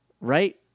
Right